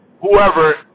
whoever